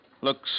Looks